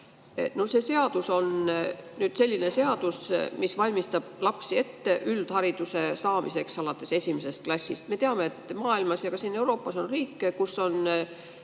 See seadus on nüüd selline seadus, mis valmistab lapsi ette üldhariduse saamiseks alates esimesest klassist. Me teame, et maailmas ja ka siin Euroopas on riike, kus on